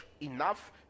enough